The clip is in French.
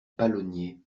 palonnier